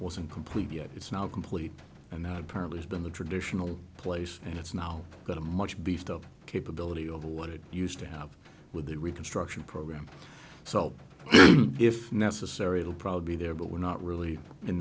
wasn't complete yet it's now complete and that apparently has been the traditional place and it's now got a much beefed up capability over what it used to have with the reconstruction program so if necessary it'll probably be there but we're not really in